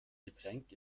getränk